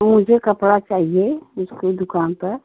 मुझे कपड़ा चाहिए इसकी दुकान पर